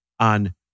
on